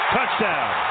Touchdown